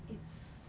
it's